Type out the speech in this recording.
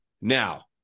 Now